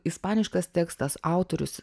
ispaniškas tekstas autorius